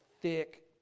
thick